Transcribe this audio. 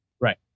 right